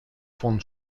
von